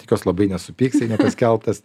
tikiuos labai nesupyks jei nepaskelbtas